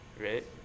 right